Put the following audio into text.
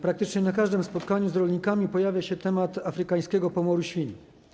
Praktycznie na każdym spotkaniu z rolnikami pojawia się temat afrykańskiego pomoru świń.